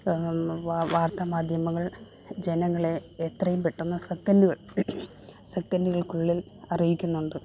വാർത്താമാധ്യമങ്ങൾ ജനങ്ങളെ എത്രയും പെട്ടെന്ന് സെക്കൻഡുകൾ സെക്കൻഡുകൾക്കുള്ളിൽ അറിയിക്കുന്നുണ്ട്